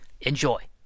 Enjoy